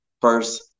first